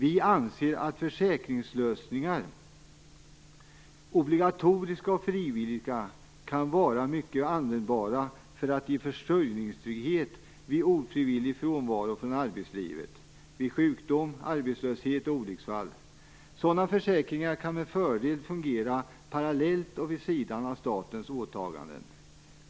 Vi anser att försäkringslösningar, obligatoriska och frivilliga, kan vara mycket användbara för att ge försörjningstrygghet vid ofrivillig frånvaro från arbetslivet, vid sjukdom, arbetslöshet och olycksfall. Sådana försäkringar kan med fördel fungera parallellt och vid sidan av statens åtaganden.